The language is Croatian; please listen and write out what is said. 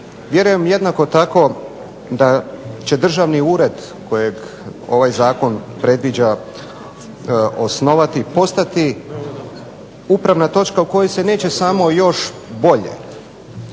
Vjerujem jednako tako da će državni ured kojeg ovaj Zakon predviđa osnovati postati upravna točka u kojoj se neće samo još bolje